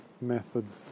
methods